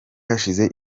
hashize